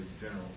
general